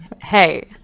hey